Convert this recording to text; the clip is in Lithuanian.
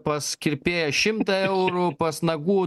pas kirpėją šimtą eurų pas nagų